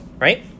right